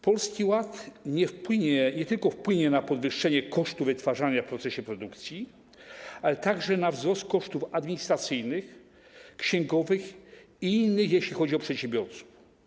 Polski Ład wpłynie nie tylko na podwyższenie kosztów wytwarzania w procesie produkcji, ale także na wzrost kosztów administracyjnych, księgowych i innych, jeśli chodzi o przedsiębiorców.